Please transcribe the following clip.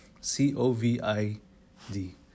C-O-V-I-D